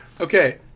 Okay